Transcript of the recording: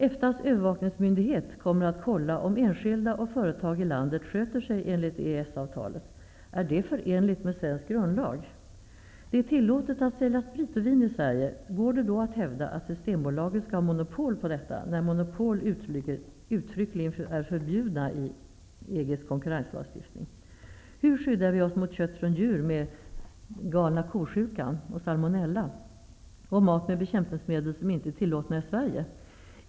EFTA:s övervakningsmyndighet kommer att kolla om enskilda och företag i landet sköter sig enligt EES-avtalet. Är det förenligt med svensk grundlag? Det är tillåtet att sälja sprit och vin i Sverige. Går det att hävda att Systembolaget skall ha monopol på detta när monopol uttryckligen är förbjudna i EG:s konkurrenslagstiftning? Hur skyddar vi oss mot kött från djur med ''galna-kosjukan'', och Salmonella? Hur förhåller det sig med mat med bekämpningsmedel som inte är tillåtna i Sverige?